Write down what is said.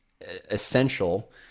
essential